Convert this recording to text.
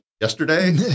yesterday